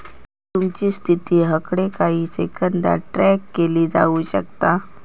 तुमची स्थिती हकडे काही सेकंदात ट्रॅक केली जाऊ शकता